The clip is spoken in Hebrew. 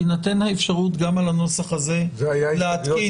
תינתן האפשרות גם על הנוסח הזה להתאים הסתייגויות.